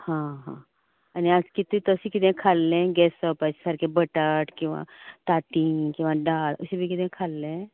हां हां आनी आज कितें तशें कितें खाल्लें गॅस जावपा सारकें बटाट किंवां ताती किंवां दाळ अशें बी कितें खाल्लें